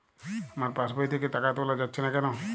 আমার পাসবই থেকে টাকা তোলা যাচ্ছে না কেনো?